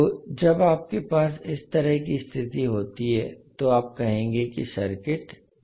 तो जब आपके पास इस तरह की स्थिति होती है तो आप कहेंगे कि सर्किट ओस्किलटरी है